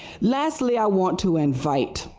lastly i want to invited,